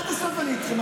עד הסוף אני איתכם,